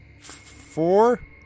Four